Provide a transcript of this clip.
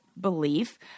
belief